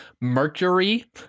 mercury